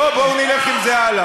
בוא, בואו נלך עם זה הלאה.